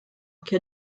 che